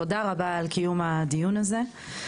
תודה רבה על קיום הדיון הזה.